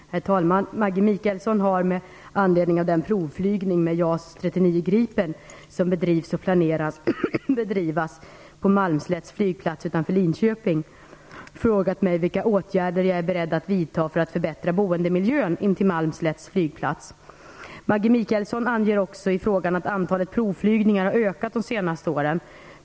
Herr talman! Maggi Mikaelsson har, med anledning av den provflygning med JAS 39 Gripen som bedrivs och är planerad att bedrivas på Malmslätts flygplats utanför Linköping, frågat mig vilka åtgärder jag är beredd att vidta för att förbättra boendemiljön intill Malmslätts flygplats. Maggi Mikaelsson anger också i frågan att antalet provflygningar har ökat de senaste åren.